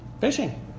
Fishing